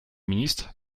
ministre